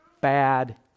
bad